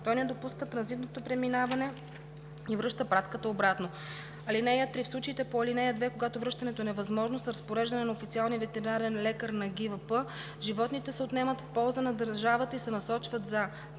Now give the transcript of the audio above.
той не допуска транзитното преминаване и връща пратката обратно. (3) В случаите по ал. 2, когато връщането е невъзможно, с разпореждане на официалния ветеринарен лекар на ГИВП животните се отнемат в полза на държавата и се насочват за: